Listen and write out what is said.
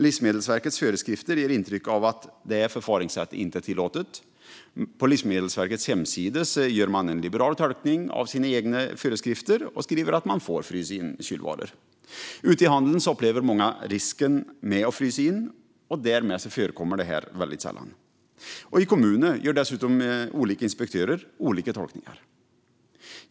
Livsmedelsverkets föreskrifter ger intrycket av att detta förfaringssätt inte är tillåtet. På Livsmedelsverkets hemsida gör man en liberal tolkning av sina egna föreskrifter och skriver att man får frysa in kylvaror. Men ute i handeln upplever många en risk med att frysa in, och därmed förekommer det här väldigt sällan. I kommunerna gör dessutom olika inspektörer olika tolkningar.